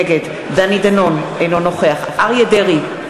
נגד דני דנון, אינו נוכח אריה דרעי,